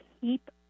keep